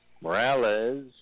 Morales